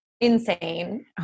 insane